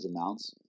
amounts